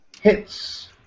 hits